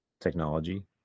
technology